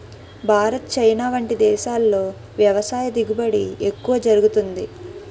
Bharat, China వంటి దేశాల్లో వ్యవసాయ దిగుబడి ఎక్కువ జరుగుతుంది